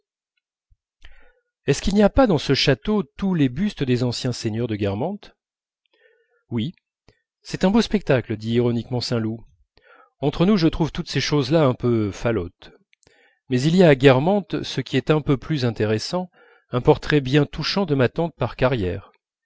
est-ce qu'il n'y a pas dans ce château tous les bustes des anciens seigneurs de guermantes oui c'est un beau spectacle dit ironiquement saint loup entre nous je trouve toutes ces choses-là un peu falotes mais il y a à guermantes ce qui est un peu plus intéressant un portrait bien touchant de ma tante par carrière